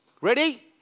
Ready